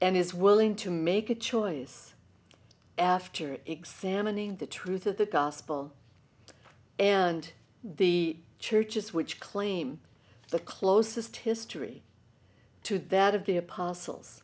and is willing to make a choice after examining the truth of the gospel and the churches which claim the closest history to that of the apostles